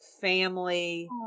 family